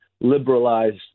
liberalized